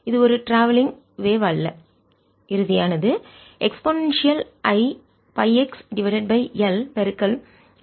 இது ஒரு ட்ராவெல்லிங் பயண வேவ் அலை அல்ல இறுதியானது e i பைX டிவைடட் பை L பெருக்கல் e i ஒமேகா t ஆக இருக்கும்